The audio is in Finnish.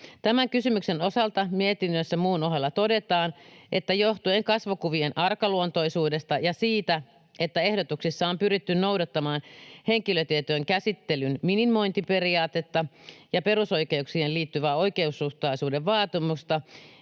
Tämän kysymyksen osalta mietinnössä muun ohella todetaan, että johtuen kasvokuvien arkaluontoisuudesta ja siitä, että ehdotuksessa on pyritty noudattamaan henkilötietojen käsittelyn minimointiperiaatetta ja perusoikeuksiin liittyvää oikeasuhtaisuuden vaatimusta,